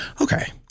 okay